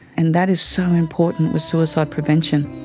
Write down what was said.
and that is so important with suicide prevention.